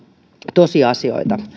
tosiasioita